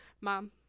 mom